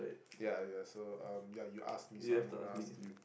ya ya so um ya you ask me so I am gonna ask you